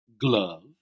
glove